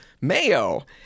mayo